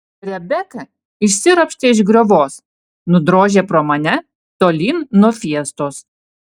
rebeka išsiropštė iš griovos nudrožė pro mane tolyn nuo fiestos